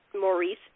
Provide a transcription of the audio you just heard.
Maurice